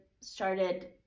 started